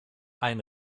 ein